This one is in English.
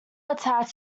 attracted